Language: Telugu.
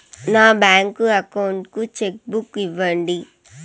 నా బ్యాంకు అకౌంట్ కు చెక్కు బుక్ ఇవ్వండి